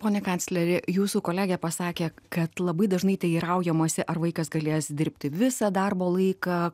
pone kancleri jūsų kolegė pasakė kad labai dažnai teiraujamasi ar vaikas galės dirbti visą darbo laiką